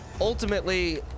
ultimately